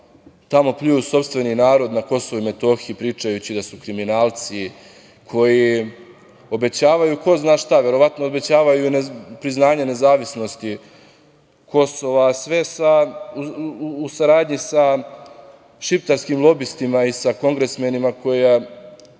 tamo pljuju sopstveni narod na Kosovu i Metohiji pričajući da su kriminalci, koji obećavaju ko zna šta, verovatno obećavaju priznanje nezavisnosti Kosova, sve u saradnji sa šiptarskim lobistima i sa kongresmenima za